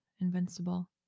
invincible